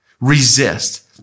Resist